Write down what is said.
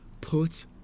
put